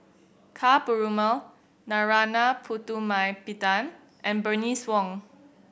Ka Perumal Narana Putumaippittan and Bernice Wong